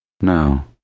No